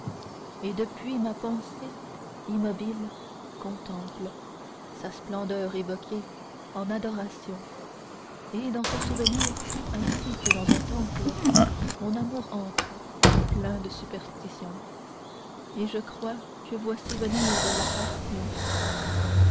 et depuis ma pensée immobile contemple sa splendeur évoquée en adoration et dans son souvenir ainsi que dans un temple mon amour entre plein de superstition et je crois que voici venir la passion